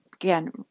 Again